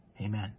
Amen